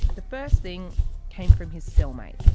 the first thing came from his cell-mate.